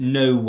no